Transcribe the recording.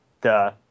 duh